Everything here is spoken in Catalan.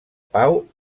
pau